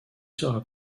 sera